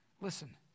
Listen